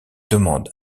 demande